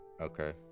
Okay